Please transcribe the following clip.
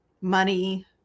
money